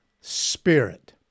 spirit